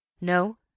No